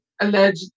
alleged